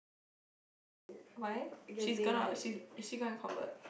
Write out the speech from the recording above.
why she's gonna is she gonna convert